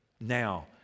now